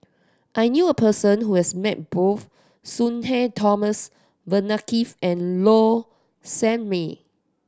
I knew a person who has met both Sudhir Thomas Vadaketh and Low Sanmay